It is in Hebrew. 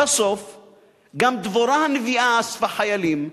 גם דבורה הנביאה אספה חיילים,